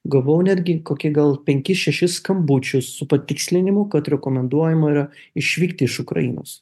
gavau netgi kokį gal penkis šešis skambučius su patikslinimu kad rekomenduojama yra išvykti iš ukrainos